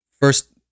First